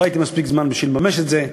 לא הייתי מספיק זמן בשביל לממש את זה.